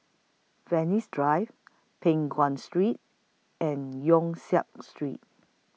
Venus Drive Peng Nguan Street and Yong Siak Street